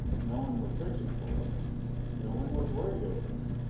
no one was searching for us no one was worried over us.